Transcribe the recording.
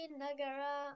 nagara